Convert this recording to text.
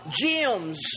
Gems